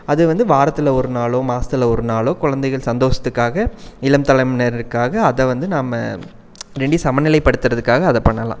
அது வந்து வாரத்தில் ஒரு நாளோ மாசத்தில் ஒரு நாளோ குழந்தைகள் சந்தோஷத்துக்காக இளம் தலைமுறையினருக்காக அதை வந்து நாம் ரெண்டையும் சமநிலைப்படுத்துறதுக்காக அதை பண்ணலாம்